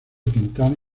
quintana